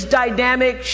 dynamic